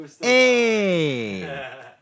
Hey